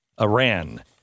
Iran